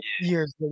years